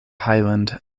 hyland